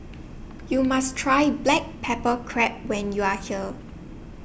YOU must Try Black Pepper Crab when YOU Are here